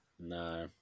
No